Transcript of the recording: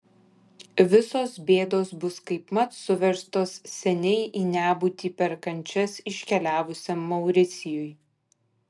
visos bėdos bus kaipmat suverstos seniai į nebūtį per kančias iškeliavusiam mauricijui